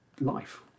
life